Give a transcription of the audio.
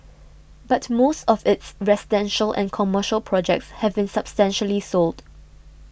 but most of its residential and commercial projects have been substantially sold